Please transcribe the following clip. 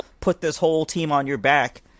put-this-whole-team-on-your-back